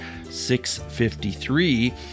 653